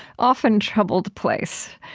often troubled, place.